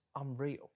unreal